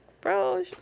bro